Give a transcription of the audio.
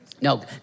No